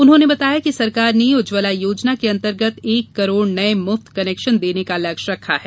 उन्होंने बताया कि सरकार ने उज्जवला योजना के अंतर्गत एक करोड़ नये मुफत कनेक्शन देने का लक्ष्य रखा है